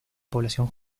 población